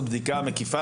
בטח לא גם אקטיבית,